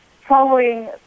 following